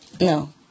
No